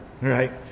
right